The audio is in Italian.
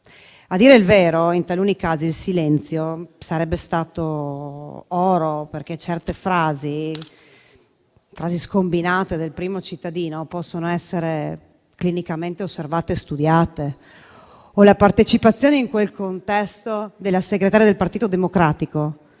A dire il vero, in taluni casi il silenzio sarebbe stato oro, perché certe frasi scombinate del primo cittadino possono essere clinicamente osservate e studiate; o la partecipazione in quel contesto della segretaria del Partito Democratico,